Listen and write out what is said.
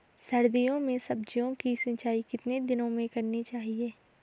सर्दियों में सब्जियों की सिंचाई कितने दिनों में करनी चाहिए?